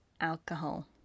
alcohol